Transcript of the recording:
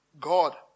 God